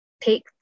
take